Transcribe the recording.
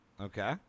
Okay